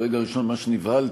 ברגע הראשון ממש נבהלתי,